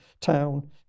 town